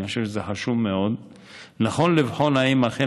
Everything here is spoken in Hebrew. אני חושב שזה חשוב מאוד ונכון לבחון אם אכן